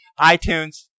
iTunes